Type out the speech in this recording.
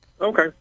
Okay